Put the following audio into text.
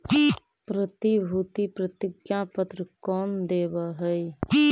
प्रतिभूति प्रतिज्ञा पत्र कौन देवअ हई